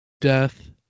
Death